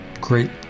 great